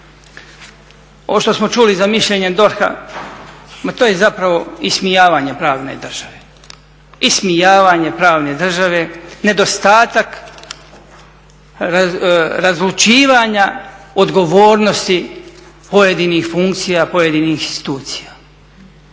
Ovo što smo čuli za mišljenje DORH-a, ma to je zapravo ismijavanje pravne države, nedostatak razlučivanja odgovornosti pojedinih funkcija, pojedinih institucija.